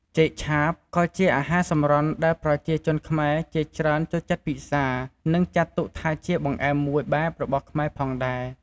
ចេកឆាបក៏ជាអាហារសម្រន់ដែលប្រជាជនខ្មែរជាច្រើនចូលចិត្តពិសា និងចាត់ទុកថាជាបង្អែមមួយបែបរបស់ខ្មែរផងដែរ។